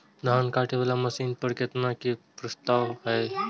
धान काटे वाला मशीन पर केतना के प्रस्ताव हय?